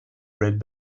red